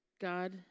God